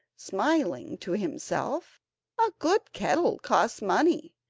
smiling to himself a good kettle costs money,